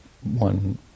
one